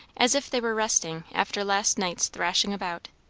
as if they were resting after last night's thrashing about.